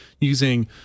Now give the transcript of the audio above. using